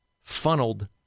funneled